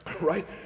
right